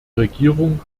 regierung